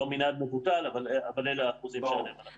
לא מנעד מבוטל אבל אלה האחוזים עליהם אנחנו מדברים.